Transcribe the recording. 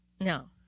No